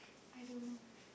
I don't know